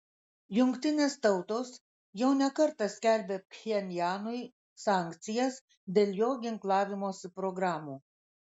jungtinės tautos jau ne kartą skelbė pchenjanui sankcijas dėl jo ginklavimosi programų